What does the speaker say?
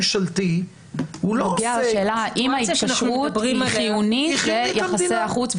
זה נוגע לשאלה אם ההתקשרות היא חיונית ליחסי החוץ,